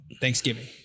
Thanksgiving